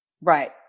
Right